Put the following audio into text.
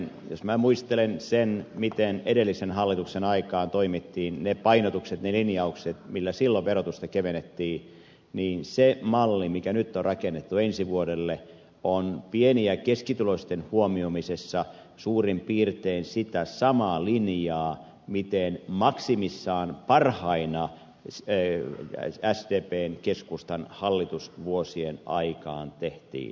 jos minä muistelen sitä miten edellisen hallituksen aikaan toimittiin niitä painotuksia niitä linjauksia millä silloin verotusta kevennettiin niin se malli mikä nyt on rakennettu ensi vuodelle on pieni ja keskituloisten huomioimisessa suurin piirtein sitä samaa linjaa miten maksimissaan parhaina vuosina sdpn ja keskustan hallitusvuosien aikaan tehtiin